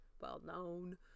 well-known